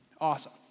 Awesome